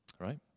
right